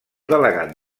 delegat